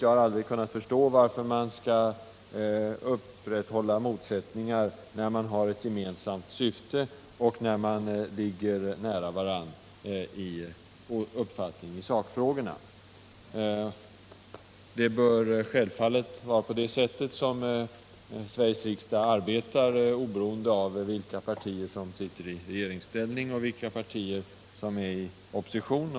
Jag har aldrig kunnat förstå varför man skall upprätthålla motsättningar när man har ett gemensamt syfte och ligger nära varandra i uppfattning om sakfrågorna. Sveriges riksdag bör självfallet arbeta på det sättet, oberoende av vilka partier som sitter i regeringsställning och vilka partier som är i opposition.